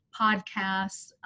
podcasts